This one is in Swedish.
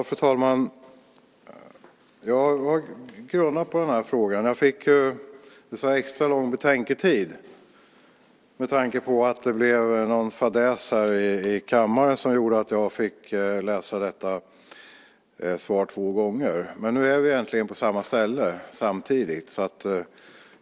Fru talman! Jag har grunnat på den här frågan eftersom jag på grund av någon fadäs i kammaren fick extra lång betänketid.